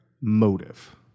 motive